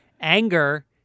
anger